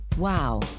Wow